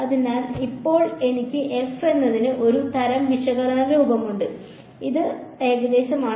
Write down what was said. അതിനാൽ ഇപ്പോൾ എനിക്ക് f എന്നതിന് ഒരു തരം വിശകലന രൂപമുണ്ട് അത് ഏകദേശമാണ്